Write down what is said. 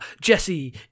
jesse